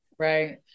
Right